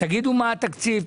תגידו מה התקציב,